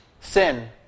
Sin